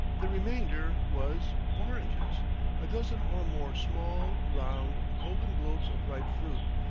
the remainder was oranges a dozen or more small, round, golden globes of ripe fruit,